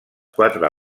quatre